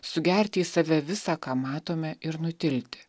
sugerti į save visa ką matome ir nutilti